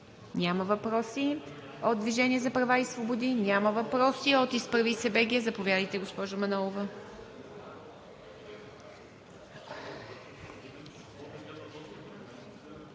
Няма въпроси. От „Движението за права и свободи“? Няма въпроси. От „Изправи се БГ!“? Заповядайте, госпожо Манолова.